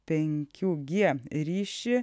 penkių g ryšį